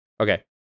Okay